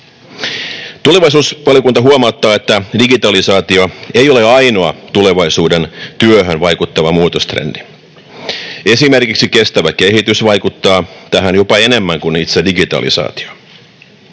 Tulevaisuusvaliokunta huomauttaa, että digitalisaatio ei ole ainoa tulevaisuuden työhön vaikuttava muutostrendi. Esimerkiksi kestävä kehitys vaikuttaa tähän jopa enemmän kuin itse digitalisaatio.